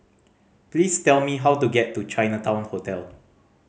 please tell me how to get to Chinatown Hotel